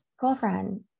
girlfriend